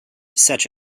such